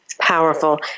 Powerful